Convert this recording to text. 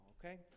okay